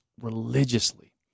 religiously